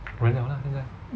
人了 lah 现在